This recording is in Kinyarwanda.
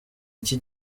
iki